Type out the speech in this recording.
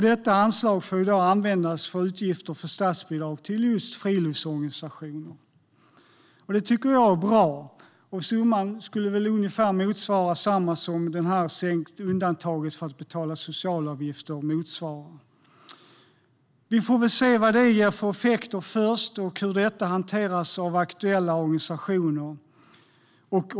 Detta anslag får i dag användas för utgifter för statsbidrag till just friluftsorganisationer. Det tycker jag är bra. Summan skulle ungefär motsvara kostnaden för undantaget för att betala socialavgifter. Vi får väl se vad detta får för effekter och hur detta hanteras av aktuella organisationer.